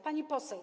Pani Poseł!